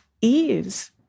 ease